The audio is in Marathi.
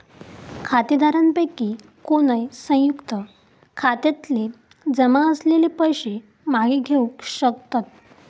खातेधारकांपैकी कोणय, संयुक्त खात्यातले जमा असलेले पैशे मागे घेवक शकतत